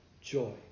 joy